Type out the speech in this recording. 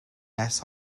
mess